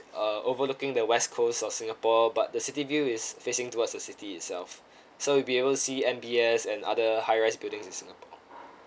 uh overlooking the west coast of singapore but the city view is facing towards the city itself so you'll be able to see M_B_S and other high rise buildings in singapore